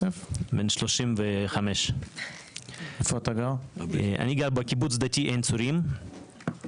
בן 35 אני גר בקיבוץ דתי עין צורים בדרום.